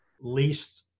least